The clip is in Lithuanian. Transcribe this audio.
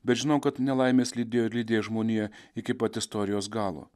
bet žinau kad nelaimės lydėjo ir lydės žmoniją iki pat istorijos galo